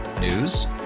News